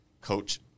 coach